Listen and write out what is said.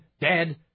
dead